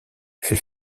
elle